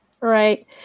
Right